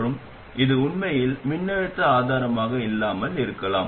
மற்றும் இது உண்மையில் மின்னழுத்த ஆதாரமாக இல்லாமல் இருக்கலாம்